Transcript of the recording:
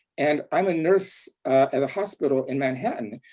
and i'm a nurse at a hospital in manhattan.